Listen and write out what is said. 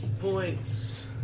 points